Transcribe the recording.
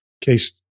case